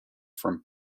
from